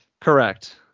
correct